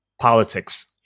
politics